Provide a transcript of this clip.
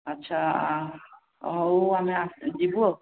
ଆଚ୍ଛା ହଉ ଆମେ ଆ ଯିବୁ ଆଉ